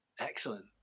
Excellent